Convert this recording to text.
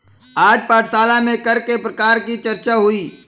आज पाठशाला में कर के प्रकार की चर्चा हुई